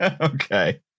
Okay